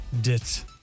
Dit